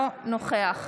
אינו נוכח מיקי לוי,